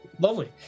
Lovely